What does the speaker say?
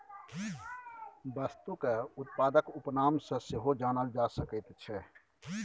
वस्तुकेँ उत्पादक उपनाम सँ सेहो जानल जा सकैत छै